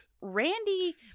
Randy